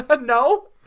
No